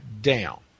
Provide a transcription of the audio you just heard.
down